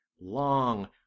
long